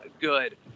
good